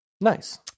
nice